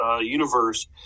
universe